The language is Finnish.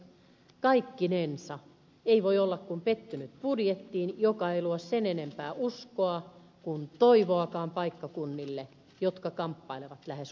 kaikkinensa ei voi olla kuin pettynyt budjettiin joka ei luo sen enempää uskoa kuin toivoakaan paikkakunnille jotka kamppailevat lähes kuoleman kourissa